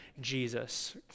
Jesus